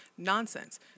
Nonsense